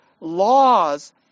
laws